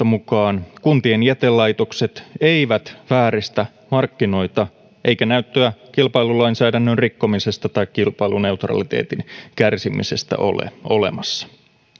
mukaan kuntien jätelaitokset eivät vääristä markkinoita eikä näyttöä kilpailulainsäädännön rikkomisesta tai kilpailuneutraliteetin kärsimisestä ole olemassa